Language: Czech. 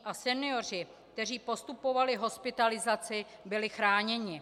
A senioři, kteří postupovali v hospitalizaci, byli chráněni.